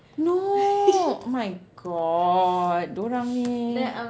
no oh my god dorang ni